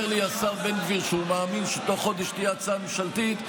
תוך חודש יש ממשלתית.